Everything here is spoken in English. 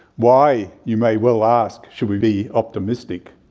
why, you may well ask, should we be optimistic?